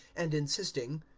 and insisting,